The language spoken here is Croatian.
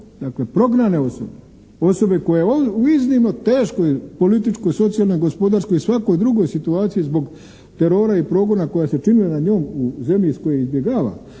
dakle prognane osobe, osobe koje u iznimno teškoj političkoj socijalnoj, gospodarskoj i svakoj drugoj situaciji zbog terora i progona koja se čine nad njom u zemlji iz koje izbjegava